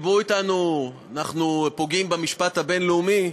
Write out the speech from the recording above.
אמרו לנו שאנחנו פוגעים במשפט הבין-לאומי.